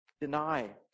deny